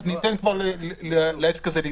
אז ניתן כבר לעסק הזה להתקדם.